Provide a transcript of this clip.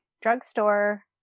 drugstore